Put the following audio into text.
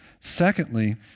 Secondly